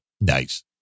Nice